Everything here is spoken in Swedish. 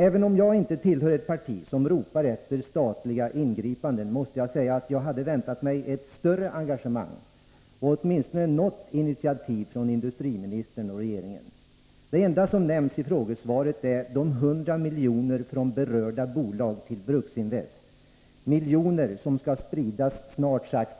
Även om jag inte tillhör ett parti som ropar efter statliga ingripanden, måste jag säga att jag hade väntat mig ett större engagemang och åtminstone något initiativ från industriministern och regeringen. Det enda som nämns i frågesvaret är de 100 miljonerna från berörda bolag till Bruksinvest — miljoner som skall spridas